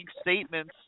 statements